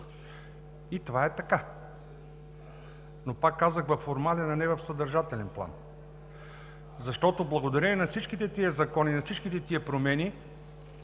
Това е така, но, пак казвам, във формален, а не в съдържателен план, защото благодарение на всичките тези закони и на всичките промени